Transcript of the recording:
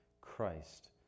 Christ